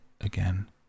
again